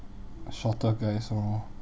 shorter guys orh